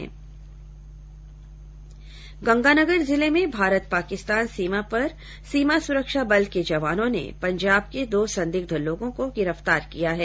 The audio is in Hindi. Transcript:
गंगानगर जिले में भारत पाकिस्तान सीमा पर सीमा सुरक्षा बल के जवानों ने पंजाब के दो संदिग्ध लोगों को गिरफ्तार किया है